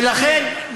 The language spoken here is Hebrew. ולכן,